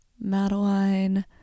Madeline